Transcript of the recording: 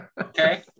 okay